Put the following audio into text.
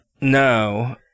No